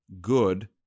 good